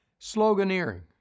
sloganeering